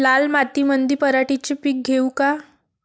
लाल मातीमंदी पराटीचे पीक घेऊ का?